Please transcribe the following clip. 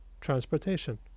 transportation